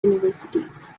universities